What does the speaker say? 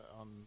on